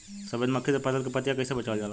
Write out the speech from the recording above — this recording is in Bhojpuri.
सफेद मक्खी से फसल के पतिया के कइसे बचावल जाला?